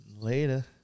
Later